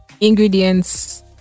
Ingredients